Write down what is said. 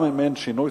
גם אם אין שינוי